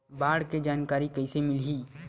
बाढ़ के जानकारी कइसे मिलही?